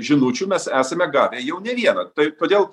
žinučių mes esame gavę jau ne vieną tai todėl